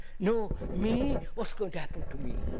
no me, what is going to happen to me.